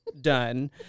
Done